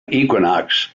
equinox